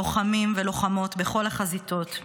לוחמים ולוחמות בכל החזיתות,